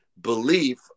belief